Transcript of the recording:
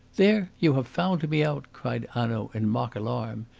there! you have found me out! cried hanaud, in mock alarm.